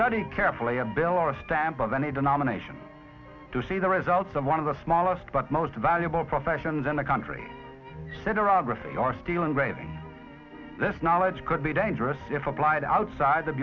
study carefully a bill or a stamp of any denomination to see the results of one of the smallest but most valuable professions in the country said or agressor or stealing writing this knowledge could be dangerous if applied outside the